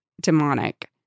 demonic